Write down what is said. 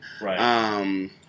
Right